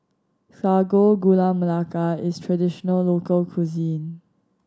Sago Gula Melaka is traditional local cuisine